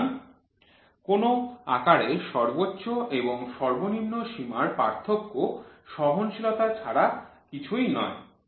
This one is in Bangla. সুতরাং কোন আকারের সর্বোচ্চ এবং সর্বনিম্ন সীমার পার্থক্য সহনশীলতা ছাড়া কিছুই নয়